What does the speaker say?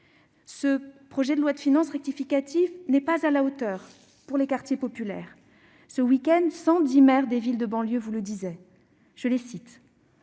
Ce projet de loi de finances rectificative n'est pas à la hauteur pour les quartiers populaires. Ce week-end, cent dix maires des villes de banlieue vous le disaient :« En